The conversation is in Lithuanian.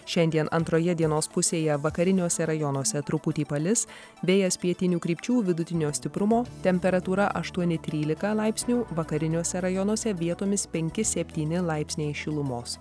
šiandien antroje dienos pusėje vakariniuose rajonuose truputį palis vėjas pietinių krypčių vidutinio stiprumo temperatūra aštuoni trylika laipsnių vakariniuose rajonuose vietomis penki septyni laipsniai šilumos